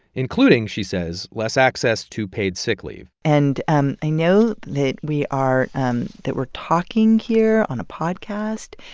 including, she says, less access to paid sick leave and and i know that we are and that we're talking here on a podcast,